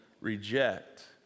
reject